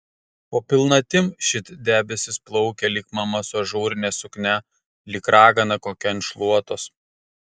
po pilnatim šit debesis plaukė lyg mama su ažūrine suknia lyg ragana kokia ant šluotos